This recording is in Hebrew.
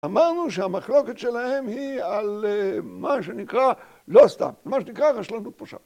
אמרנו שהמחלוקת שלהם היא על מה שנקרא, לא סתם, מה שנקרא רשלנות פושעת